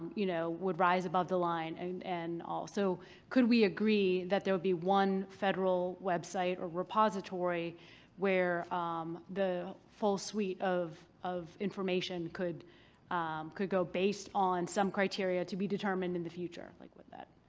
you know, would rise above the line and and all. so could we agree that there will be one federal website or repository where um the full suite of of information could could go based on some criteria to be determined in the future, like with that?